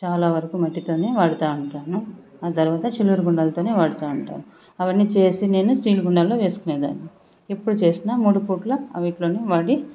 చాలా వరకు మట్టితోనే వాడుతావుంటాను ఆ తరవాత సిల్వర్ గుండాలతోనే వాడతావుంటాను అవన్నీ చేసి నేను స్టీలు గుండాలలో వేసుకునేదాన్ని ఎప్పుడు చేసిన మూడు పూట్ల అందులోనే వాడి